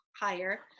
higher